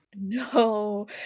no